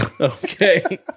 Okay